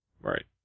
Right